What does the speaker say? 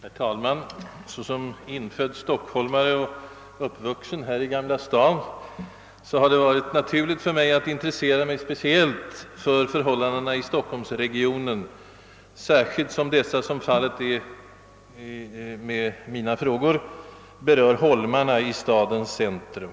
Herr talman! Såsom infödd stockholmare, uppvuxen här i Gamla stan, har jag funnit det naturligt att intressera mig speciellt för förhållandena i stockholmsregionen. Alldeles särskilt är detta fallet med frågor som rör holmarna i stadens centrum.